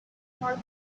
mark